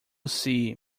see